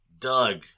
Doug